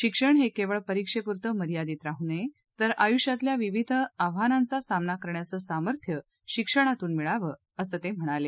शिक्षण हे केवळ परिक्षेपुरत मर्यादित राहू नये तर आयुष्यातल्या विविध आव्हानांचा सामना करण्याचं सामर्थ्य शिक्षणातून मिळावं असं ते म्हणाले